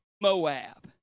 Moab